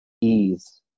ease